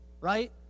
right